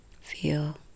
feel